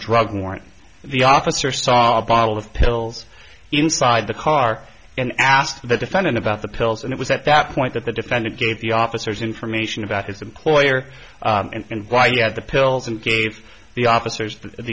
drug warrant the officer saw a bottle of pills inside the car and asked the defendant about the pills and it was at that point that the defendant gave the officers information about his employer and why you have the pills and gave the officers